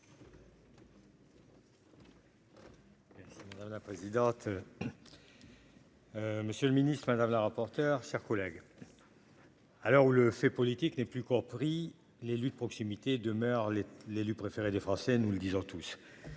Madame la présidente. Monsieur le Ministre, madame la rapporteure collègue. Alors où le fait politique n'est plus compris l'élue de proximité demeure les l'élu préféré des Français, nous le disons tous.